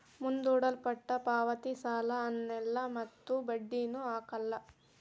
ಮುಂದೂಡಲ್ಪಟ್ಟ ಪಾವತಿ ಸಾಲ ಅನ್ನಲ್ಲ ಮತ್ತು ಬಡ್ಡಿನು ಹಾಕಲ್ಲ